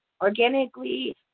organically